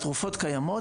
התרופות קיימות,